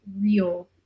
real